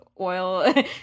oil